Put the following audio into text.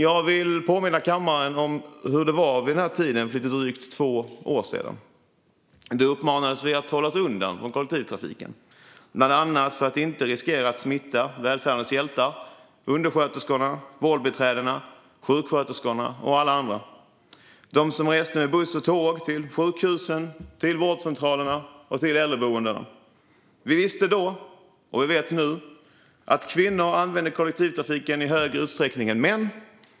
Jag vill påminna kammaren om hur det var vid den här tiden för lite drygt två år sedan. Då uppmanades vi att hålla oss undan från kollektivtrafiken, bland annat för att inte riskera att smitta välfärdens hjältar - undersköterskorna, vårdbiträdena, sjuksköterskorna och alla andra - de som reste med buss och tåg till sjukhusen, vårdcentralerna och äldreboendena. Vi visste då, och vi vet nu, att kvinnor använder kollektivtrafiken i större utsträckning än män.